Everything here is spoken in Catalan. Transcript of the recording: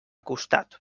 costat